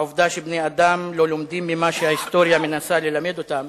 העובדה שבני-אדם לא לומדים ממה שההיסטוריה מנסה ללמד אותם